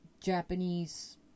Japanese